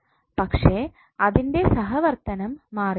പക്ഷേ അതിൻറെ സഹവർത്തനം മാറിയിട്ടുണ്ട്